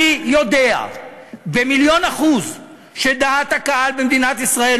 אני יודע במיליון אחוז שדעת הקהל במדינת ישראל,